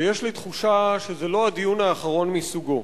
ויש לי תחושה שזה לא הדיון האחרון מסוגו,